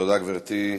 תודה גברתי.